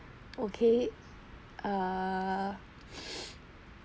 okay err